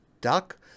duck